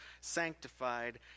sanctified